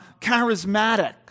charismatic